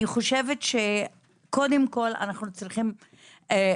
אני חושבת שקודם כל אנחנו צריכים לדבר